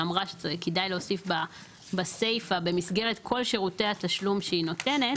שאמרה שכדאי להוסיף בסיפה "במסגרת כל שירותי התשלום שהיא נותנת"